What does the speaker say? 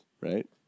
right